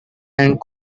and